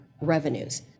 revenues